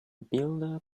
builder